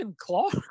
clark